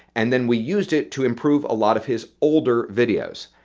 and then we used it to improve a lot of his older videos.